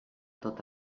tot